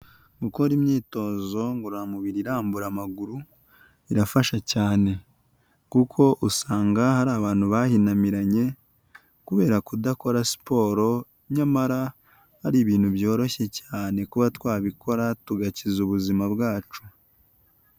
Gukora imyitozo ngororamubiri irambura amaguru irafasha cyane kuko usanga hari abantu bahinamiranye kubera kudakora siporo, nyamara ari ibintu byoroshye cyane kuba twabikora tugakiza ubuzima bwacu.